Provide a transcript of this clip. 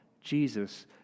Jesus